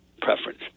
preference